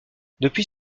depuis